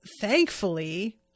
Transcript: thankfully